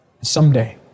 Someday